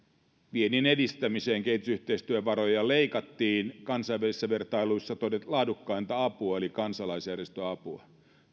viennin edistämiseen kehitysyhteistyövaroja leikattiin myös kansainvälisissä vertailuissa todettua laadukkainta apua eli kansalaisjärjestöapua